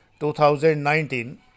2019